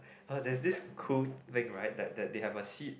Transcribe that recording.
oh there's this cool thing right they have a seed